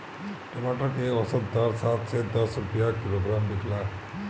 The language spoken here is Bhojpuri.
टमाटर के औसत दर सात से दस रुपया किलोग्राम बिकला?